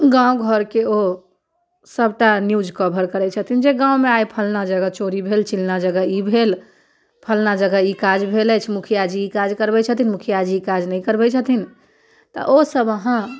गाँव घरके ओ सभटा न्यूज कभर करै छथिन जे गाँवमे आइ फल्लाँ जगह चोरी ई भेल चिल्लाँ जगह ई भेल फल्लाँ जगह ई काज भेल अछि मुखिया जी ई काज करबै छथिन मुखिया जी ई काज नहि करबै छथिन तऽ ओ सभ अहाँ